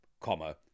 comma